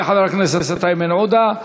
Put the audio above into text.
תודה לחבר הכנסת איימן עודה.